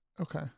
Okay